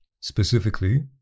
specifically